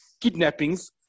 kidnappings